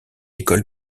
école